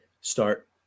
start